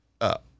up